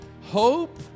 Hope